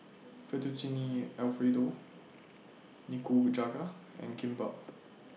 Fettuccine Alfredo Nikujaga and Kimbap